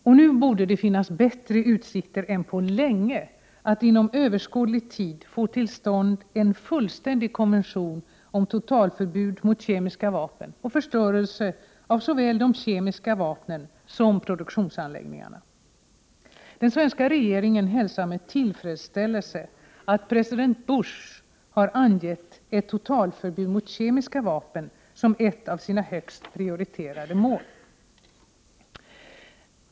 Och nu borde det finnas bättre utsikter än på länge att inom överskådlig tid få till stånd en fullständig konvention om totalförbud mot kemiska vapen och förstörelse av såväl de kemiska vapnen som produktionsanläggningarna. Den svenska regeringen hälsar med tillfredsställelse att president Bush har angett ett totalförbud mot kemiska vapen som ett av sina högst prioriterade mål.